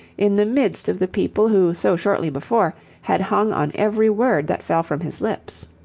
in the midst of the people who so shortly before had hung on every word that fell from his lips.